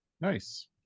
nice